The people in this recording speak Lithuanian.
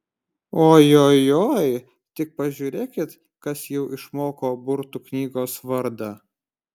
ojojoi tik pažiūrėkit kas jau išmoko burtų knygos vardą